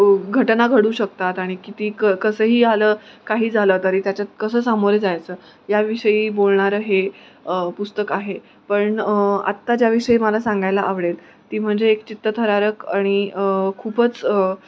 घटना घडू शकतात आणि किती क कसंही आलं काही झालं तरी त्याच्यात कसं सामोरे जायचं याविषयी बोलणारं हे पुस्तक आहे पण आत्ता ज्याविषयी मला सांगायला आवडेल ती म्हणजे एक चित्तथरारक आणि खूपच